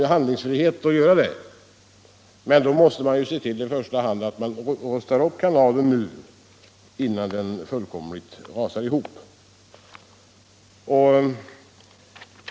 Då har man alltså handlingsfrihet, men då måste man ju i första hand se till att man rustar upp kanalen nu, innan den fullkomligt rasar ihop.